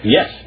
Yes